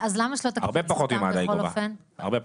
הרבה פחות ממד"א היא גובה, הרבה פחות.